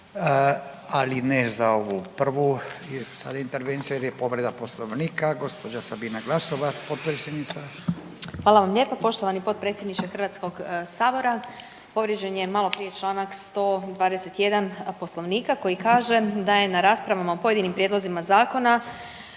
ali ne za ovu prvu intervenciju jer je povreda Poslovnika. Gospođa Sabina Glasovac, potpredsjednica. **Glasovac, Sabina (SDP)** Hvala vam lijepo poštovani potpredsjedniče Hrvatskog sabora. Povrijeđen je malo prije članak 121. Poslovnika koji kaže da je na raspravama o pojedinim prijedlozima zakona